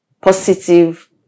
Positive